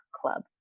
club